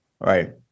right